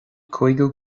cúigiú